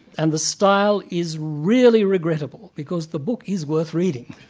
and the style is really regrettable because the book is worth reading.